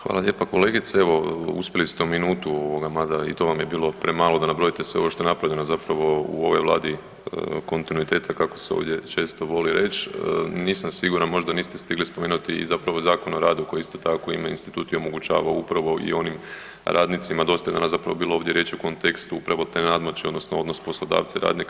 Hvala lijepo kolegice, evo uspjeli ste u minutu mada i to vam je bilo premalo da nabrojite sve ovo što je napravljeno zapravo u ovoj Vladi kontinuiteta kako se ovdje često voli reći, nisam siguran možda niste stigli spomenuti i zapravo Zakon o radu koji isto tako ima institut i omogućava upravo i onim radnicima, dosta je danas zapravo bilo ovdje riječi o kontekstu upravo te nadmoći odnosno odnos poslodavca i radnika.